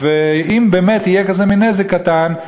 ואם באמת יהיה כזה מין נזק קטן,